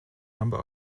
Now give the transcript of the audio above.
number